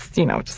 you know,